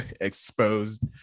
exposed